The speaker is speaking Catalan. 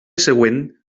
següent